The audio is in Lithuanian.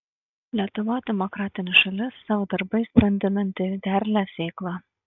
lietuva demokratinė šalis savo darbais brandinanti derlią sėklą